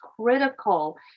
critical